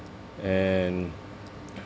and